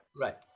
right